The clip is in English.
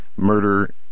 murder